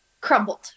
crumbled